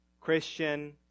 Christian